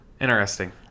Interesting